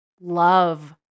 love